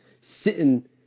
sitting